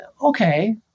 okay